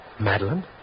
Madeline